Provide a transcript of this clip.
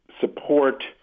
support